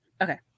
Okay